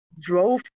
drove